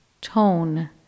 tone